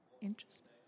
Interesting